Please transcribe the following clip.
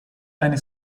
eine